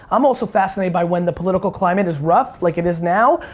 i'm also fascinated by when the political climate is rough, like it is now.